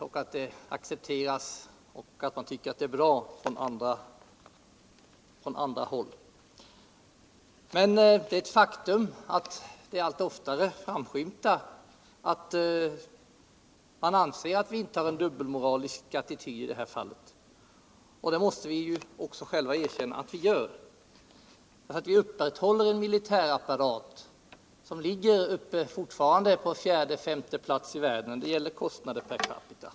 Man säger att andra tycker att det är bra. Det är emellertid ett faktum att det allt oftare framskymtar att man anser att vi har en dubbelmoral i det här fallet, och det måste vi själva också erkänna. Vi upprätthåller en militärapparat som fortfarande intar fjärde eller femte platsen i världen när det gäller kostnader per capita.